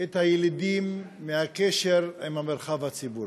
את הילידים מהקשר עם המרחב הציבורי,